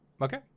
Okay